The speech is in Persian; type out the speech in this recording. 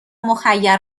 مخیر